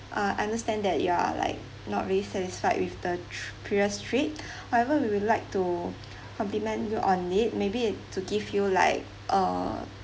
uh I understand that you are like not really satisfied with the previous trip however we would like to compliment you on it maybe it to give you like err